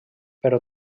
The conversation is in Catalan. però